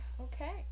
Okay